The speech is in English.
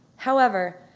however,